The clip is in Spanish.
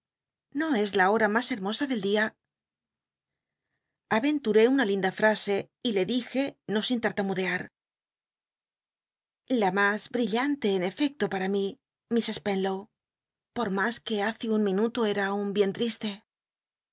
no es la hora mas hermosa del dia aveiüuré una linda frase y le dije no sin l at tamudear la mas brillante en efecto para mí iuiss biblioteca nacional de españa david copperfield hl invernadero no estnbn lojo y entramos cll él spenlow por más que hace un minuto era aun bien triste